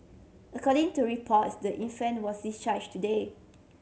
according to reports the infant was discharge today